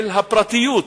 של פרטיות.